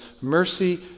mercy